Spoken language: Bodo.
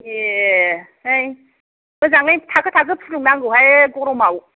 ए है मोजाङै थाखो थाखो फुदुं नांगौहाय गरमआव